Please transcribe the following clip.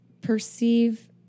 perceive